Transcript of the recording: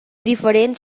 diferents